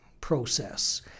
process